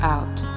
Out